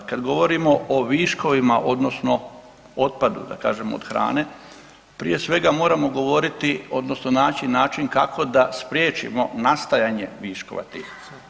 Kada govorimo o viškovima odnosno otpadu da kažem od hrane prije svega moramo govoriti odnosno naći način kako da spriječimo nastajanje viškova tih.